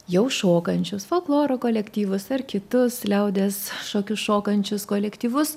jau šokančius folkloro kolektyvus ar kitus liaudies šokius šokančius kolektyvus